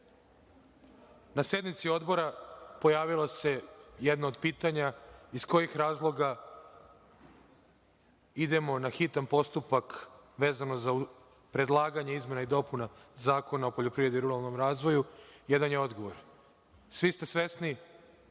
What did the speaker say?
sednici Odbora pojavilo se jedno od pitanja – iz kojih razloga idemo na hitan postupak vezano za predlaganje izmena i dopuna Zakona o poljoprivredi i ruralnom razvoju? Jedan je odgovor. Svi ste svesni